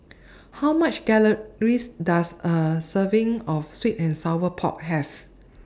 How much Calories Does A Serving of Sweet and Sour Pork Have